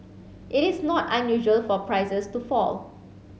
it is not unusual for prices to fall